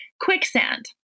quicksand